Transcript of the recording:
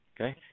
Okay